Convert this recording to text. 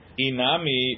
Inami